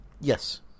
Yes